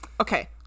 Okay